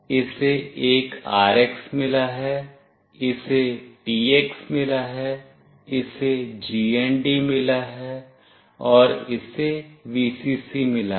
इसे एक RX मिला है इसे TX मिला है इसे GND मिला है और इसे Vcc मिला है